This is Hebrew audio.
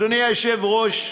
אדוני היושב-ראש,